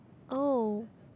oh